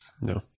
No